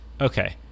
Okay